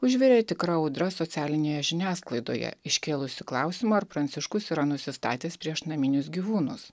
užvirė tikra audra socialinėje žiniasklaidoje iškėlusi klausimą ar pranciškus yra nusistatęs prieš naminius gyvūnus